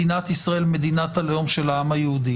מדינת ישראל היא מדינת הלאום של העם היהודי.